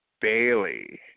Bailey